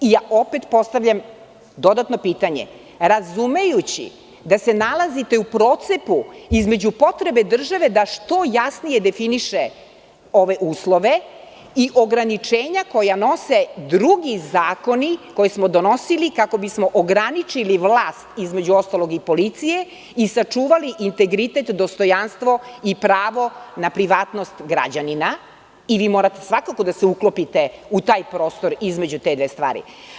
Opet postavljam dodatno pitanje, razumejući da se nalazite u procepu između potrebe države da što jasnije definiše ove uslove i ograničenja koja nose drugi zakoni koje smo donosili, kako bismo ograničili vlast, između ostalog i policije, i sačuvali integritet, dostojanstvo i pravo na privatnost građanina i vi morate svakako da se uklopite u taj prostor, između te dve stvari.